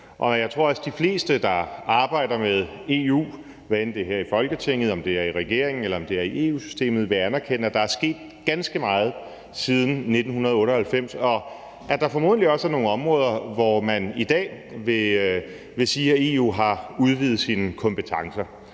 og jeg tror også, de fleste, der arbejder med EU, hvad enten det er her i Folketinget, eller det er i regeringen, eller det er i EU-systemet, vil anerkende, at der er sket ganske meget siden 1998, og at der formodentlig også er nogle områder, hvor man i dag vil sige, at EU har udvidet sine kompetencer.